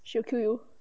she will kill you